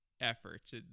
efforts